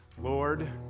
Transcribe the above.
Lord